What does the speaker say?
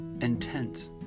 intent